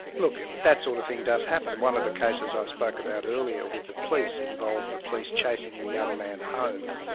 look, that sort of thing does happen. one of the cases i spoke about earlier with the police, involved the police chasing a young man home,